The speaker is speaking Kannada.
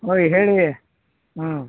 ಹೋಯ್ ಹೇಳಿ ಹ್ಞೂ